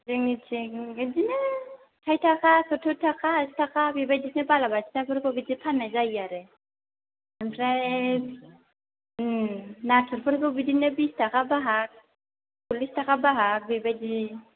जोंनिथिं बिदिनो साइथ थाखा सुथुरथाखा आसिथाखा बेबायदिनो बालाबाथियाफोरखौ बिदि फान्नाय जायो आरो ओमफ्राय नाथुरफोरखौ बिदिनो बिस थाखा बाहाग सल्लिस थाखा बाहाग बेबायदि